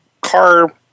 car